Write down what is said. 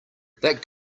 that